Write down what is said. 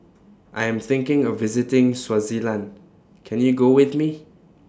I Am thinking of visiting Swaziland Can YOU Go with Me